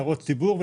הערת ציבור.